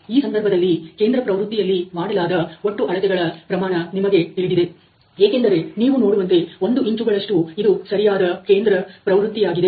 ಈ ಸಂದರ್ಭದಲ್ಲಿ ಕೇಂದ್ರ ಪ್ರವೃತ್ತಿಯಲ್ಲಿ ಮಾಡಲಾದ ಒಟ್ಟು ಅಳತೆಗಳ ಪ್ರಮಾಣ ನಿಮಗೆ ತಿಳಿದಿದೆ ಏಕೆಂದರೆ ನೀವು ನೋಡುವಂತೆ ಒಂದು ಇಂಚುಗಳಷ್ಟು ಇದು ಸರಿಯಾದ ಕೇಂದ್ರ ಪ್ರವೃತ್ತಿಯಾಗಿದೆ